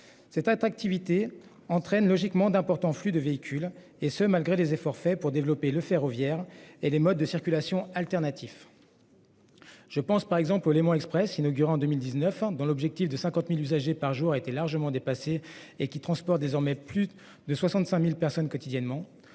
Cette activité entraîne logiquement d'importants flux de véhicules et ce malgré les efforts faits pour développer le ferroviaire et les modes de circulation alternatifs. Je pense par exemple au Léman Express inaugure en 2019 ans dans l'objectif de 50.000 usagers par jour, été largement dépassé et qui transport désormais plus de 65.000 personnes quotidiennement